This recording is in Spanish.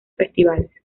festivales